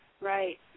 Right